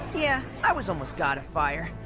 yeah, i was almost god of fire.